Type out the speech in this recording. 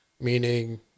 meaning